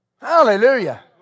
Hallelujah